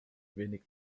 wenig